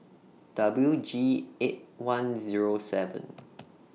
W G eight one Zero seven